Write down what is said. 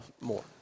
more